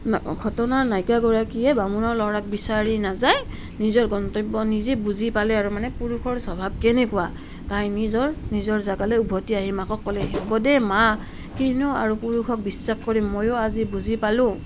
ঘটনাৰ নায়িকাগৰাকীয়ে বামুণৰ ল'ৰাক বিচাৰি নাযাই নিজৰ গন্তব্য নিজে বুজি পালে আৰু মানে পুৰুষৰ স্বভাৱ কেনেকুৱা তাই নিজৰ নিজৰ জেগালৈ উভতি আহি মাকক ক'লেহি হ'ব দে মা কিনো আৰু পুৰুষক বিশ্বাস কৰিম মইও আজি বুজি পালোঁ